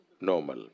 normal